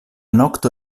nokto